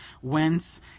whence